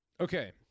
Okay